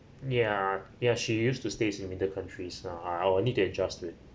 ya ya she used to stay in winter countries ah I I will need to adjust to it